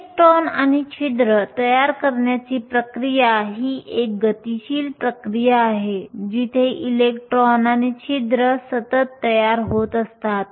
electron आणि छिद्र तयार करण्याची प्रक्रिया ही एक गतिशील प्रक्रिया आहे जिथे इलेक्ट्रॉन आणि छिद्र सतत तयार होत असतात